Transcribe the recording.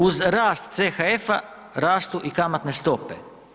Uz rast CHF-a, rastu i kamatne stope.